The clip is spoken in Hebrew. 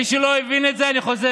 מי שלא הבין את זה, אני חוזר: